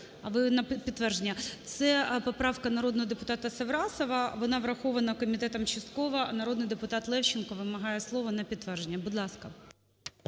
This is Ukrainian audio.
Це поправка народного депутата Саврасова, вона врахована комітетом частково. Народний депутат Левченко вимагає слова на підтвердження. Будь ласка.